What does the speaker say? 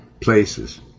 places